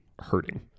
hurting